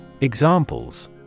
Examples